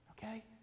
Okay